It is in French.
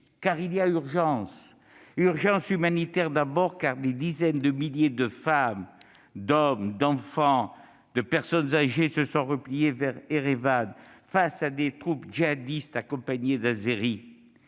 Il y a une urgence humanitaire, car des dizaines de milliers de femmes, d'hommes, d'enfants, de personnes âgées se sont repliés vers Erevan, face à des troupes djihadistes accompagnées d'Azéris.